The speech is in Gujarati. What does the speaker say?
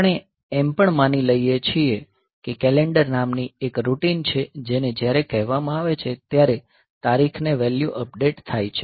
આપણે એમ પણ માની લઈએ છીએ કે કૅલેન્ડર નામની એક રૂટિન છે જેને જ્યારે કહેવામાં આવે છે ત્યારે તારીખ ને વેલ્યૂ અપડેટ થાય છે